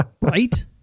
Right